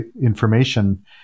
information